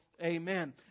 amen